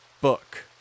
book